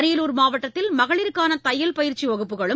அரியலார் மாவட்டத்தில் மகளிருக்கானதையல் பயிற்சிவகுப்புகளும்